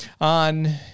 on